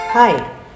Hi